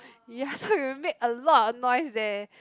ya so we would made a lot of noise there